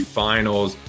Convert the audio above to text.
finals